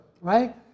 right